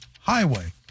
highway